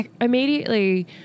immediately